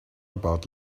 about